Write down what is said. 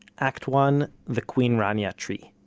act one the queen rania tree